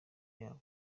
yabo